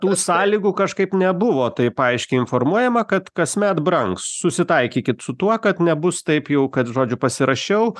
tų sąlygų kažkaip nebuvo taip aiškiai informuojama kad kasmet brangs susitaikykit su tuo kad nebus taip jau kad žodžiu pasirašiau